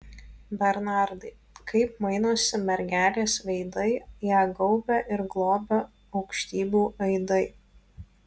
bernardai kaip mainosi mergelės veidai ją gaubia ir globia aukštybių aidai